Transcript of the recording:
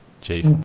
Chief